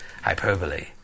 Hyperbole